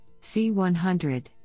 C100